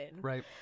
right